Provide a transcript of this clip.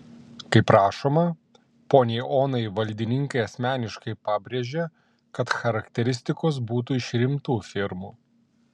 kaip rašoma poniai onai valdininkai asmeniškai pabrėžė kad charakteristikos būtų iš rimtų firmų